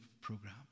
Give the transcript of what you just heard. program